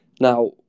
now